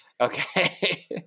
Okay